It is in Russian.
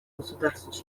государств